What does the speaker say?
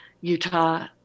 Utah